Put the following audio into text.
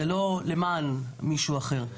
זה לא למען מישהו אחר.